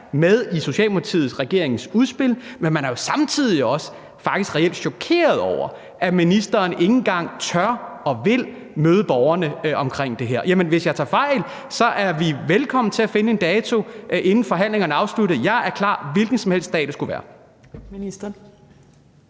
med i S-regeringens udspil. Men mange er jo faktisk samtidig også reelt chokerede over, at ministeren ikke engang tør eller vil møde borgerne omkring det her. Og hvis jeg tager fejl, er man velkommen til at finde en dato, inden forhandlingerne er afsluttet. Jeg er klar, hvilken som helst dag det skulle være.